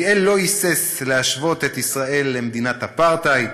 ליאל לא היסס להשוות את ישראל למדינת אפרטהייד,